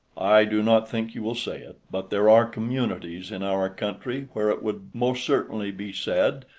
i do not think you will say it, but there are communities in our country where it would most certainly be said.